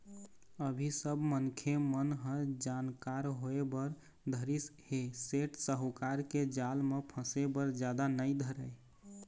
अभी सब मनखे मन ह जानकार होय बर धरिस ऐ सेठ साहूकार के जाल म फसे बर जादा नइ धरय